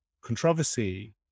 controversy